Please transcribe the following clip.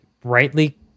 brightly